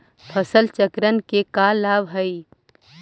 फसल चक्रण के का लाभ हई?